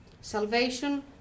Salvation